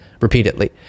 repeatedly